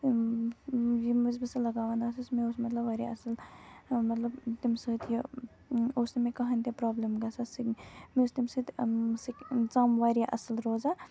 ییٚمہِ وِز بہٕ سُہ لگاوان ٲسٕس مےٚ اوس مطلب واریاہ اَصٕل مطلب تمہِ سۭتۍ یہِ اوس نہٕ مےٚ کہنٕنۍ تہِ پرٛابلِم گژھان سٕنۍ مےٚ اوس تَمہِ سۭتۍ سِک ژَم واریاہ اَصٕل روزان